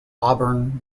auburn